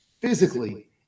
physically